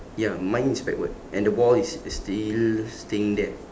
ya mine is backward and the ball is is still staying there